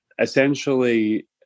essentially